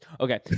Okay